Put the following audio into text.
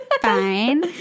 fine